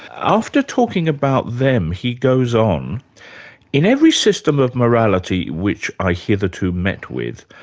after talking about them, he goes on in every system of morality which i hitherto met with,